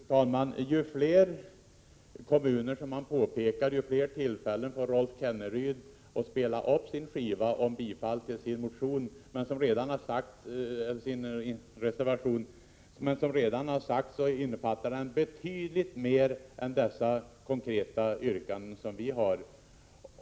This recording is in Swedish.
Fru talman! Ju fler kommuner som nämns, desto fler tillfällen får Rolf Kenneryd att spela upp sin skiva om bifall till sin reservation. Men som redan har sagts innefattar den betydligt mer än de konkreta yrkanden som vi har.